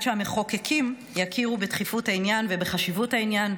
שהמחוקקים יכירו בדחיפות העניין ובחשיבות העניין,